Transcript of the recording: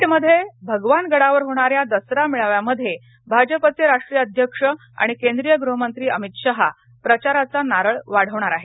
बीडमध्ये भगवान गडावर होणाऱ्या दसरा मेळाव्यामध्ये भाजपाचे राष्ट्रीय अध्यक्ष आणि केंद्रीय गृहमंत्री अमित शहा प्रचाराचा नारळ वाढवणार आहेत